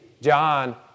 John